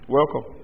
Welcome